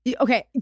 Okay